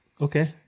Okay